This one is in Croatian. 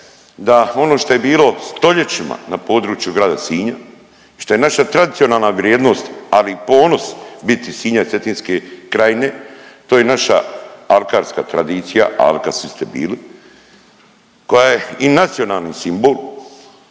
da ono što je bilo stoljećima na području grada Sinja, što je naša tradicionalna vrijednost ali i ponos biti Sinjac Cetinske krajine, to je naša alkarska tradicija, Alka svi te bili koja je i nacionalni simbol,